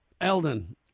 eldon